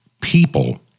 people